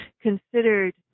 considered